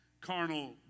carnal